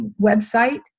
website